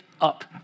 up